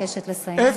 אני מבקשת לסיים.